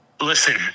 Listen